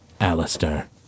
Alistair